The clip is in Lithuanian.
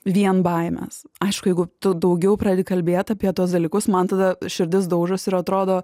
vien baimės aišku jeigu tu daugiau pradedi kalbėt apie tuos dalykus man tada širdis daužosi ir atrodo